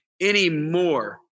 anymore